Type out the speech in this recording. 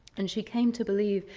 and she came to believe,